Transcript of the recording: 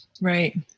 Right